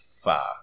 far